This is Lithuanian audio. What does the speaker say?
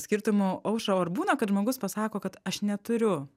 skirtumų aušra o ar būna kad žmogus pasako kad aš neturiu